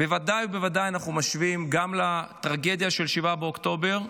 בוודאי ובוודאי אנחנו משווים גם לטרגדיה של 7 באוקטובר.